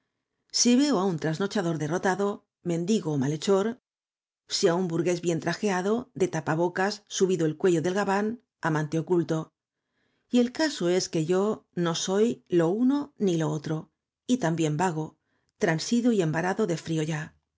si veo á un trasnochador derrotado mendigo ó malhechor si á un burgués bien trajeado de tapabocas s u bido el cuello del gabán amante oculto y el caso es que yo no soy lo uno ni lo otro y también vago transido y envarado de frío ya